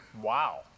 Wow